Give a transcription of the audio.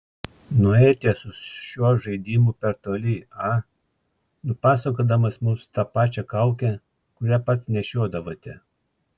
nuėjote su šiuo žaidimu per toli a nupasakodamas mums tą pačią kaukę kurią pats nešiodavote